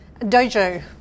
Dojo